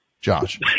Josh